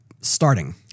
starting